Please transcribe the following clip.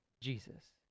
Jesus